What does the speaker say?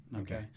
Okay